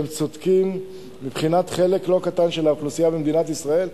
שהם צודקים מבחינת חלק לא קטן של האוכלוסייה במדינת ישראל,